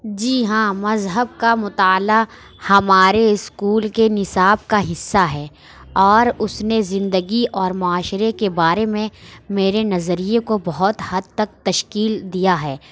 جی ہاں مذہب کا مطالعہ ہمارے اسکول کے نصاب کا حصہ ہے اور اس نے زندگی اور معاشرے کے بارے میں میرے نظریے کو بہت حد تک تشکیل دیا ہے